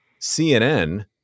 CNN